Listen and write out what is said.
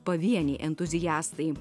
pavieniai entuziastai